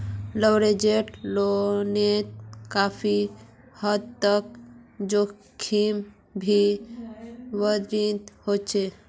leveraged लोनोत काफी हद तक जोखिम भी व्यक्तिगत होचे